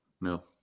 No